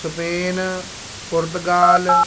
Spain Portugal